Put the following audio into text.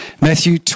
Matthew